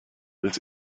this